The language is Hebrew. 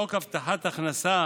בחוק הבטחת הכנסה,